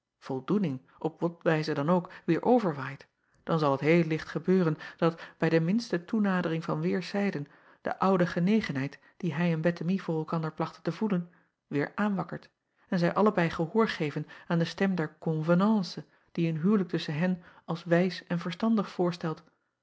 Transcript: voldoening op wat wijze dan ook weêr overwaait dan zal het heel licht gebeuren dat bij de minste toenadering van weêrszijden de oude genegenheid die hij en ettemie voor elkander plachten te voeden weêr aanwakkert en zij allebei gehoor geven aan de stem der convenance die een huwelijk tusschen hen als wijs en verstaudig voorstelt